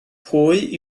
pwy